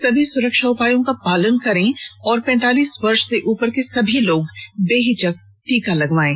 सभी सुरक्षा उपायों का पालन करें और पैंतालीस वर्ष से उपर के सभी लोग बेहिचक टीका लगवायें